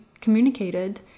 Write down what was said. communicated